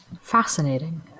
Fascinating